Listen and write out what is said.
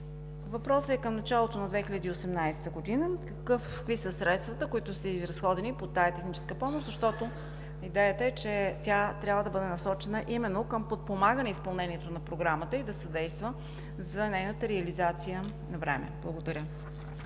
Въпросът е: към началото на 2018 г. какви са средствата, които са изразходени по тази техническа помощ? Защото идеята е, че тя трябва да бъде насочена именно към подпомагане изпълнението на Програмата и да съдейства за нейната реализация навреме. Благодаря.